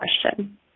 question